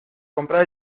comprar